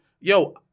yo